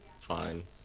fine